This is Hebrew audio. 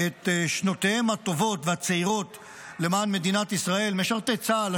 שנותיהם הטובות והצעירות למען מדינת ישראל: משרתי צה"ל,